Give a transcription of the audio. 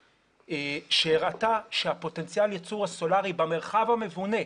שהראתה שפוטנציאל ייצור הסולרי במרחב המבונה,